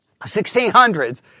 1600s